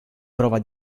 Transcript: prova